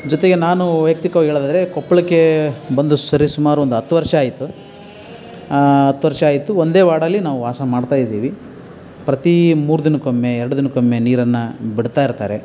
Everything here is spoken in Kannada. ಜೊತೆಗೆ ನಾನು ವೈಯಕ್ತಿಕವಾಗಿ ಹೇಳೋದಾದ್ರೆ ಕೊಪ್ಪಳಕ್ಕೆ ಬಂದು ಸರಿ ಸುಮಾರು ಒಂದು ಹತ್ತು ವರ್ಷ ಆಯಿತು ಹತ್ತು ವರ್ಷ ಆಯಿತು ಒಂದೇ ವಾರ್ಡಲ್ಲಿ ನಾವು ವಾಸ ಮಾಡ್ತಾಯಿದ್ದೀವಿ ಪ್ರತಿ ಮೂರು ದಿನಕ್ಕೊಮ್ಮೆ ಎರಡು ದಿನಕ್ಕೊಮ್ಮೆ ನೀರನ್ನು ಬಿಡ್ತಾಯಿರ್ತಾರೆ